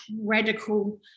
radical